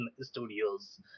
studios